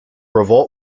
revolt